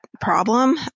problem